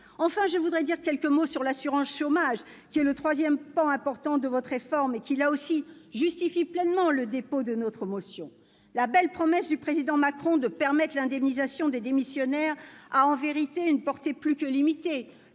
Enfin, je voudrais dire quelques mots sur l'assurance chômage, qui est le troisième pan important de votre réforme, et qui justifie également pleinement le dépôt de notre motion. La belle promesse du président Macron de permettre l'indemnisation des démissionnaires a, en vérité, une portée plus que limitée,